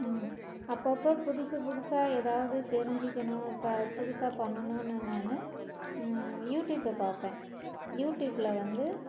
அப்போ அப்போ புதுசு புதுசாக எதாவது தெரிஞ்சிக்கணும் ப புதுசாக பண்ணணுன்னு நான் யூடியூபை பார்ப்பேன் யூடியூபில் வந்து